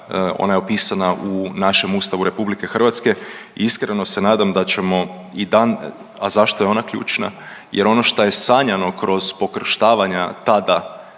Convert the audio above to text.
Ona je opisana u našem Ustavu RH i iskreno se nadam da ćemo i dan, a zašto je ona ključna? Jer ono što je sanjano kroz pokršavanja tada